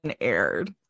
aired